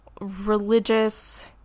religious